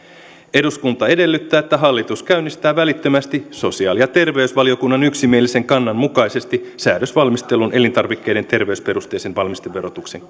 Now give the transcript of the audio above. eduskunta edellyttää että hallitus käynnistää välittömästi sosiaali ja terveysvaliokunnan yksimielisen kannan mukaisesti säädösvalmistelun elintarvikkeiden terveysperusteisen valmisteverotuksen